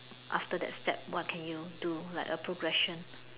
after that step what can you do like a progression